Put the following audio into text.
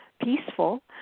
peaceful